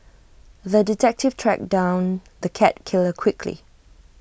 the detective tracked down the cat killer quickly